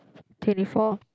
twenty four